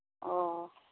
ᱚ